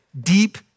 deep